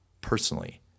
personally